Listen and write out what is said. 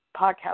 Podcast